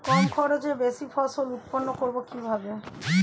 কম খরচে বেশি ফসল উৎপন্ন করব কিভাবে?